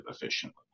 efficiently